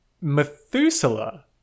Methuselah